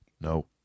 No